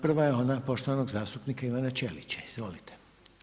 Prva je ona poštovanog zastupnika Ivana Ćelića, izvolite.